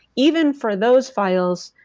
even for those files,